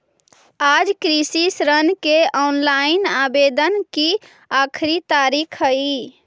आज कृषि ऋण के ऑनलाइन आवेदन की आखिरी तारीख हई